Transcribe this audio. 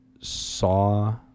Saw